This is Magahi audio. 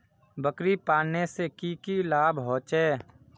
बकरी पालने से की की लाभ होचे?